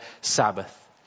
Sabbath